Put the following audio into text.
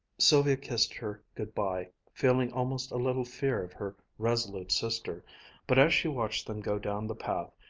sylvia kissed her good-bye, feeling almost a little fear of her resolute sister but as she watched them go down the path,